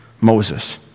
Moses